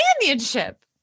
companionship